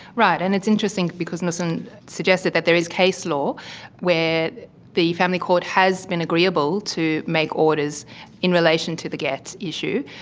right, and it's interesting because nussen suggested that there is case law where the family court has been agreeable to make orders in relation to the gett issue.